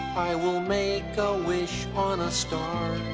i will make a wish on a star